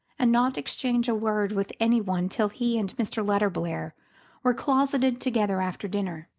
and not exchange a word with any one till he and mr. letterblair were closeted together after dinner.